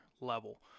level